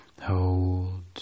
hold